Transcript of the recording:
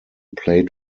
played